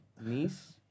niece